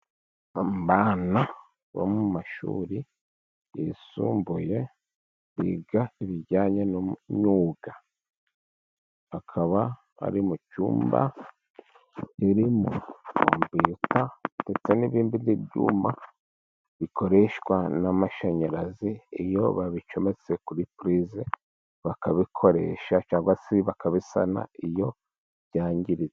Abana bo mu mashuri yisumbuye biga ibijyanye n'imyuga, akaba ari mu cyumba kirimo kompiyuta ,ndetse n'ibindi byuma bikoreshwa n'amashanyarazi ,iyo babicometse kuri purize bakabikoresha, cyangwa se bakabisana iyo byangiritse.